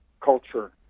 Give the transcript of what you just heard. culture